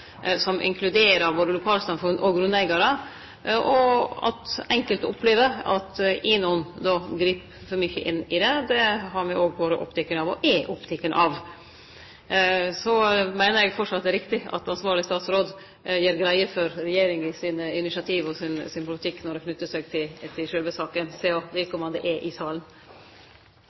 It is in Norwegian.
som inkluderer våre lokalsamfunn og grunneigarar. At enkelte opplever at INON grip for mykje inn i det, har me vore opptekne av, og er opptekne av. Eg meiner framleis det er riktig at ansvarleg statsråd gjer greie for regjeringa sine initiativ og sin politikk når det gjeld sjølve saka, og vedkomande er i salen. Det er altså anledning til å stille oppfølgingsspørsmål til andre statsråder. Presidenten er selvfølgelig enig i